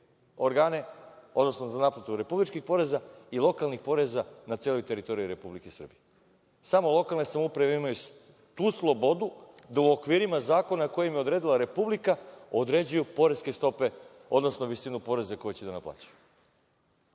organe, odnosno za naplatu republičkih poreza i lokalnih poreza na teritoriji Republike Srbije. Samo lokalne samouprave imaju tu slobodu da u okvirima zakona koji im je odredila Republika određuju poreske stope, odnosno visinu poreza koji će da naplaćuju. Pa,